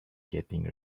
getting